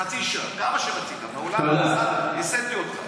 חצי שעה, כמה שרצית, ומעולם לא היסיתי אותך.